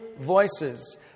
voices